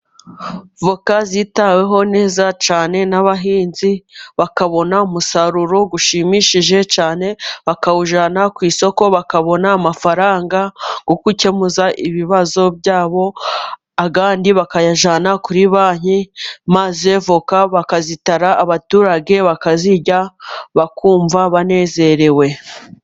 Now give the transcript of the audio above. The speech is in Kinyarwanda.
Voka zitaweho neza cyane n'abahinzi bakabona umusaruro ushimishije cyane bakawujyana ku isoko bakabona amafaranga yo gukemura ibibazo byabo, ayandi bakayajyana kuri banki maze voka bakazitara, abaturage bakazirya bakumva banezerewe.